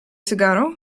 cygaro